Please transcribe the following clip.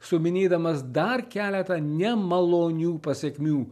suminėdamas dar keletą nemalonių pasekmių